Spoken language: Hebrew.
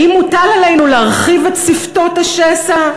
האם מוטל עלינו להרחיב את שפתות השסע?